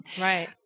Right